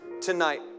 tonight